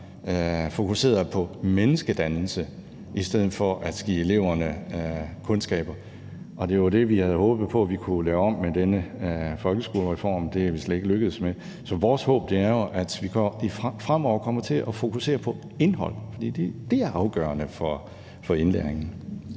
fokuseret på menneskedannelse i stedet for at give eleverne kundskaber. Det var det, vi havde håbet på vi kunne lave om med denne folkeskolereform. Det er vi slet ikke lykkedes med. Så vores håb er jo, at vi fremover kommer til at fokusere på indhold, for det er afgørende for indlæringen.